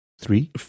Three